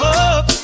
up